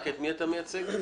את מי אתה מייצג?